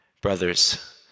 Brothers